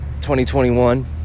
2021